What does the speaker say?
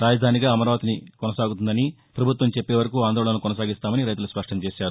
రాజధానిగా అమరావతి కొనసాగుతుందని ప్రభుత్వం చెప్పేవరకు ఆందోళనలు కొనసాగిస్తామని రైతులు స్పష్టం చేశారు